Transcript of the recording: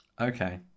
okay